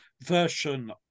version